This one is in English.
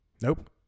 nope